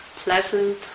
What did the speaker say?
pleasant